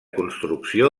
construcció